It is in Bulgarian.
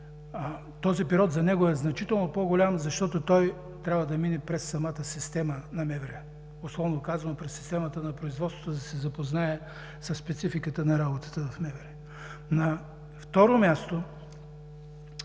този период е значително по-голям, защото той трябва да мине през самата система на МВР, условно казано, през системата на производството да се запознае със спецификата на работата в МВР. На второ място,